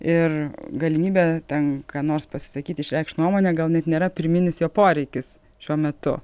ir galimybę tenka nors pasisakyti išreikšt nuomonę gal net nėra pirminis jo poreikis šiuo metu